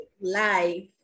life